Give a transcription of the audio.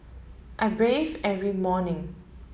I bathe every morning